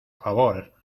favor